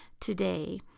today